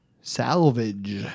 Salvage